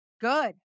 Good